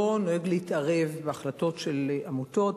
לא נוהג להתערב בהחלטות של עמותות,